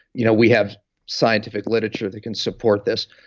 you know we have scientific literature that can support this.